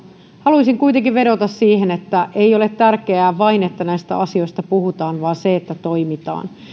haluaisin kuitenkin vedota siihen että ei ole tärkeää vain se että näistä asioista puhutaan vaan myös se että toimitaan